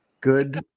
Good